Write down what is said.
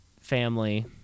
family